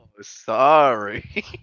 sorry